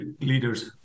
leaders